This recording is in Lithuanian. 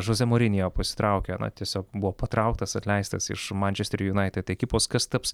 žozė morinjo pasitraukė na tiesiog buvo patrauktas atleistas iš mančester junaitid ekipos kas taps